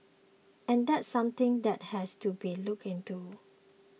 and that's something that has to be looked into